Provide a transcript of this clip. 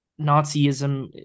Nazism